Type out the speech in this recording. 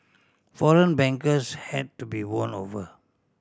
foreign bankers had to be won over